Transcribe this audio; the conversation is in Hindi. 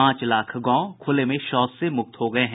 पांच लाख गांव खुले में शौच से मुक्त हो गए हैं